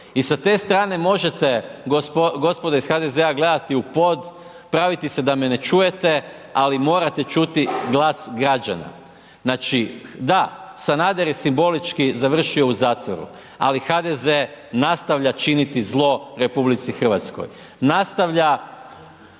I sa te strane možete gospodo iz HDZ-a gledati u pod, praviti se da me ne čujete, ali morate čuti glas građana. Znači, da, Sanader je simbolički završio u zatvoru, ali HDZ nastavlja činiti zlo RH, nastavlja